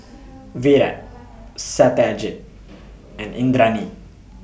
Virat Satyajit and Indranee